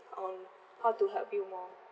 on how to help you more